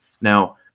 Now